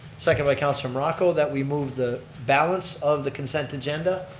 second by counselor morocco that we move the balance of the consent agenda.